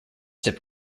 zip